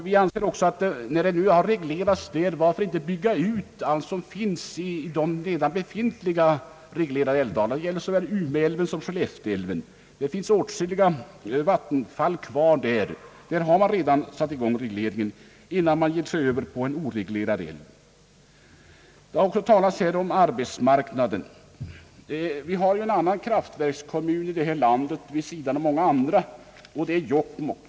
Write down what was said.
Vi anser också att om det skall ske ytterligare regleringar av vattendragen, så bör allt byggas ut i de älvar, där regleringar redan finns — det gäller såväl Umeälven som Skellefteälven. Det finns åtskilliga vattenfall kvar att ta i dessa älvar, där det redan har satts i gång regleringar, innan man ger sig över till de oreglerade älvarna. Här har också talats om arbetsmarknaden. Det finns ju en annan kraftverkskommun här i landet vid sidan av många andra, och det är Jokkmokk.